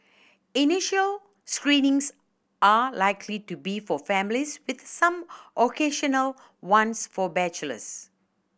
initial screenings are likely to be for families with some occasional ones for bachelors